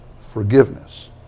forgiveness